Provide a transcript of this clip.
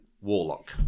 warlock